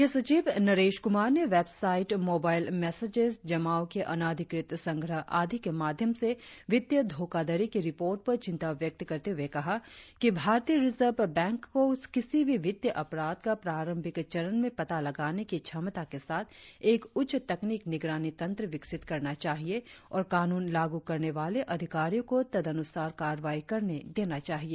मुख्य सचिव नरेश क्रमार ने वेबसाईट मोबाइल मेसैजेस जमाओं के अनधिकृत संग्रह आदि के माध्यम से वित्तीय धोखाधड़ी की रिपोर्ट पर चिंता व्यक्त करते हुए कहा कि भारतीय रिजर्व बैंक को किसी भी वित्तीय अपराध का प्रारंभिक चरण में पता लगाने की क्षमता के साथ एक उच्च तकनीक निगरानी तंत्र विकसित करना चाहिए और कानून लागू करने वाले अधिकारियों को तदनुसार कार्रवाई करने देना चाहिए